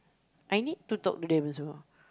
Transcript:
I need to talk to them also